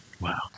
wow